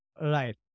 Right